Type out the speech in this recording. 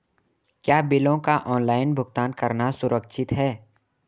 क्या बिलों का ऑनलाइन भुगतान करना सुरक्षित है?